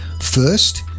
First